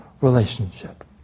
relationship